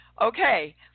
Okay